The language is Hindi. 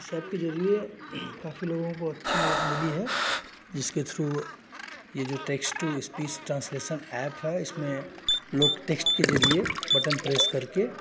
इस एप के ज़रिये काफ़ी लोगों को अच्छी मदद मिली है जिसके थ्रू यह जो text to speech translation app है इसमें लोग टेक्स्ट के ज़रिये बटन प्रेस करके